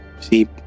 See